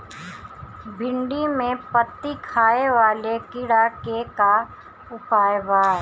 भिन्डी में पत्ति खाये वाले किड़ा के का उपाय बा?